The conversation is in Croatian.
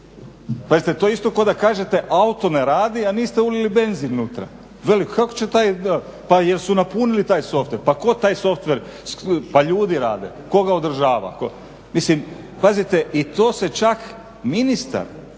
Pazite, to je isto kao da kažete auto ne radi, a niste ulili benzin unutra. Veli kako će taj, pa jesu napunili taj softver, pa tko taj softver, pa ljudi rade, tko ga održava. Pazite, i to se čak ministar